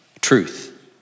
Truth